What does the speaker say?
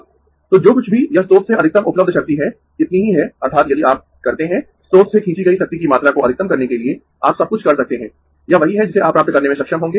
तो जो कुछ भी यह स्रोत से अधिकतम उपलब्ध शक्ति है इतनी ही है अर्थात् यदि आप करते है स्रोत से खींची गई शक्ति की मात्रा को अधिकतम करने के लिए आप सब कुछ कर सकते है यह वही है जिसे आप प्राप्त करने में सक्षम होंगें